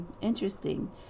interesting